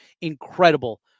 incredible